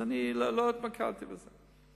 אני לא התמקדתי בזה.